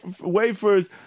wafers